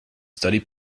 study